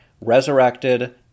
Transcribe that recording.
resurrected